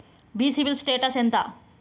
మీ CIBIL status ఎంత?